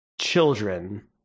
Children